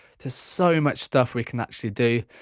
there's so much stuff we can actually do.